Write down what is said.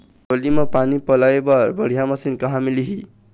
डोली म पानी पलोए बर बढ़िया मशीन कहां मिलही?